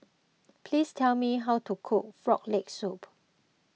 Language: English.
please tell me how to cook Frog Leg Soup